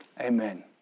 Amen